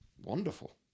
wonderful